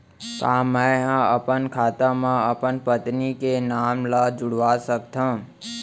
का मैं ह अपन खाता म अपन पत्नी के नाम ला जुड़वा सकथव?